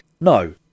No